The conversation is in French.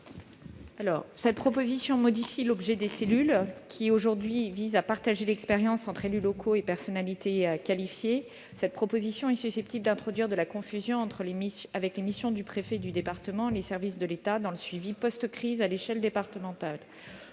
Cette proposition tend à modifier l'objet des cellules de soutien qui visent aujourd'hui à partager l'expérience entre élus locaux et personnalités qualifiées. Cette rédaction est susceptible d'introduire de la confusion avec les missions du préfet du département et les services de l'État dans le suivi post-crise à l'échelle départementale.